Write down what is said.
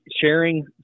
sharing